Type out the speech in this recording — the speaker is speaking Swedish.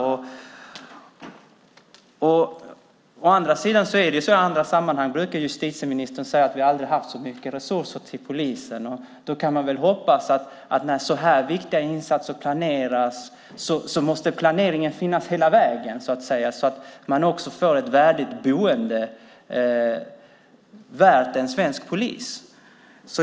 Justitieministern brukar i andra sammanhang säga att vi aldrig har haft så mycket resurser till polisen. Då kan man väl hoppas att planeringen ska finnas hela vägen när så här viktiga insatser planeras, så att säga, så att man också får ett värdigt boende värt en svensk polis.